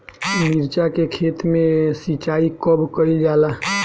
मिर्चा के खेत में सिचाई कब कइल जाला?